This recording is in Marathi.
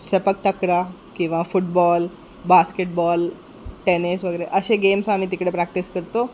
सपक टकरा किंवा फुटबॉल बास्केटबॉल टेनिस वगैरे असे गेम्स आम्ही तिकडे प्रॅक्टिस करतो